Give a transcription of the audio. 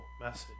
message